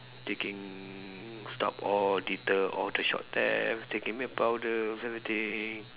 taking stop or deter all the shop theft taking milk powder everything